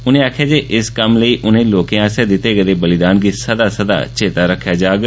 उनें आखेआ जे इस कम्म लेई उनें लोकें आसेआ दित्ते गेदे बलिदान गी सदा सदा चेत्ता रक्खेआ जाग